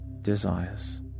desires